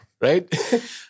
right